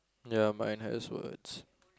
ya mine has words